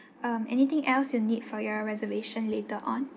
um anything else you need for your reservation later on